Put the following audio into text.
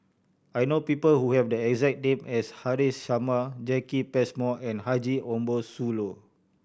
I know people who have the exact name as Haresh Sharma Jacki Passmore and Haji Ambo Sooloh